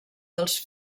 dels